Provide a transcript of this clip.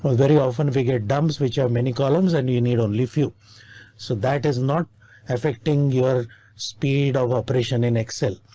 very often we get dumps which are many columns and you need only few so that is not affecting your speed of operation in excel.